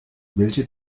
welche